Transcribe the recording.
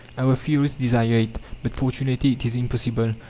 our theorists desire it, but fortunately it is impossible.